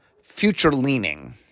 future-leaning